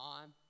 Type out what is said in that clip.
time